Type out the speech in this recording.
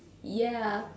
ya